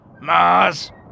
Mars